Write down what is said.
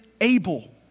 able